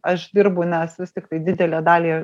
aš dirbu nes vis tiktai didelę dalį